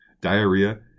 diarrhea